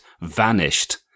vanished